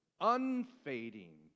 unfading